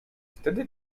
wtedy